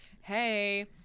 hey